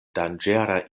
danĝera